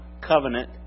covenant